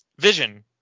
vision